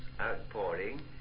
outpouring